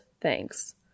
thanks